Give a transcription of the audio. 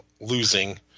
losing